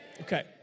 Okay